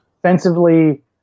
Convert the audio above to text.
Offensively